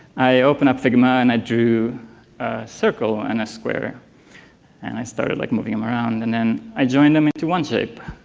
i opened up figma and i drew a circle and a square and i started like moving them around and i joined them into one shape